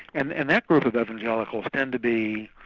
and and that group of evangelicals tend to be